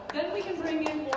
then we can bring in